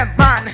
man